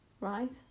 right